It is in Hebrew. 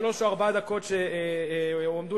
בכל זאת הייתי רוצה לנצל את שלוש או ארבע הדקות שהועמדו